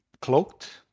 cloaked